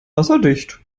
wasserdicht